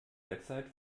derzeit